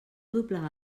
doblegar